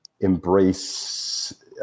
embrace